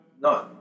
No